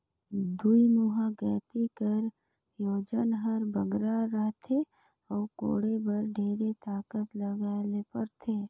दुईमुहा गइती कर ओजन हर बगरा रहथे अउ कोड़े बर ढेर ताकत लगाए ले परथे